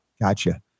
Gotcha